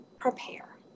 prepare